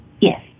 yes